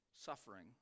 suffering